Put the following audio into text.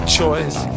choice